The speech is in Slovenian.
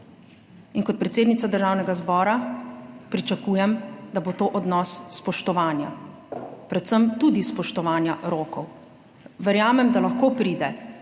In kot predsednica Državnega zbora pričakujem, da bo to odnos spoštovanja, predvsem tudi spoštovanja rokov. Verjamem, da lahko pride do